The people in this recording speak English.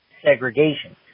segregation